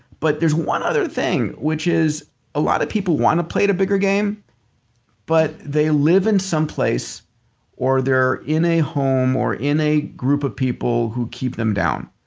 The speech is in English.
but there's one other thing which is a lot of people want to play the bigger game but they live in some place or they're in a home or in a group of people who keep them down.